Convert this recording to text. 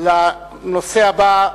לנושא הבא,